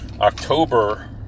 October